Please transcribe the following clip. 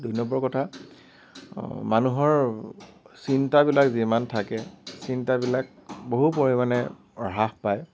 দুই নম্বৰ কথা মানুহৰ চিন্তাবিলাক যিমান থাকে চিন্তাবিলাক বহু পৰিমাণে হ্ৰাস পায়